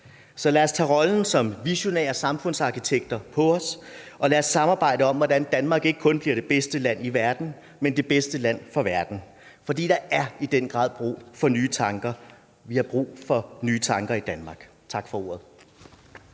Så lad os tage rollen som visionære samfundsarkitekter på os, og lad os samarbejde om, hvordan Danmark ikke kun bliver det bedste land i verden, men det bedste land for verden, for der er i den grad brug for nye tanker. Vi har brug for nye tanker i Danmark. Tak for ordet.